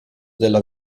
della